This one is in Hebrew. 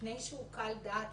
ומפני שהוא קל דעת אז